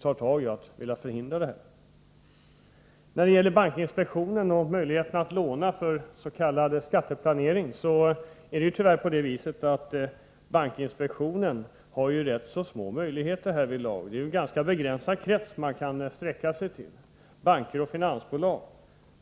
för att förhindra detta. När det gäller möjligheten att låna pengar för s.k. skatteplanering har bankinspektionen tyvärr rätt små möjligheter till insyn. Det är en ganska begränsad krets som bankinspektionen kan kontrollera, nämligen banker och finansbolag.